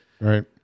Right